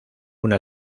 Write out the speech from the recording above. una